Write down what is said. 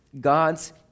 God's